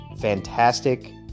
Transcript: fantastic